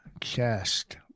chest